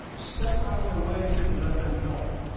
step out of the way and let them help.